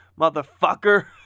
motherfucker